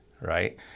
right